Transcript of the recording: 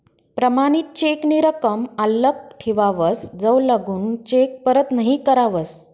प्रमाणित चेक नी रकम आल्लक ठेवावस जवलगून चेक परत नहीं करावस